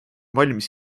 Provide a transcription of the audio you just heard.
valmis